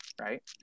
Right